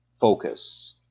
focus